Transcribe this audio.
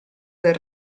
del